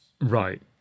Right